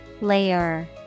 Layer